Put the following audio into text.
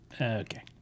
Okay